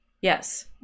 Yes